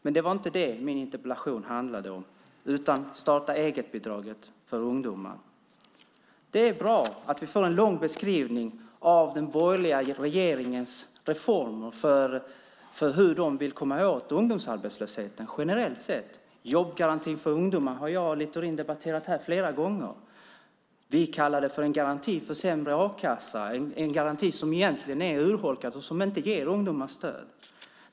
Det var dock inte det min interpellation handlade om utan om starta-eget-bidraget för ungdomar. Det är bra att vi får en lång beskrivning av den borgerliga regeringens reformer för hur den generellt vill komma åt ungdomsarbetslösheten. Jobbgarantin för ungdomar har jag och Littorin debatterat flera gånger. Vi kallar den garanti för sämre a-kassa. Det är en garanti som egentligen är urholkad och inte ger ungdomar stöd.